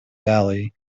valley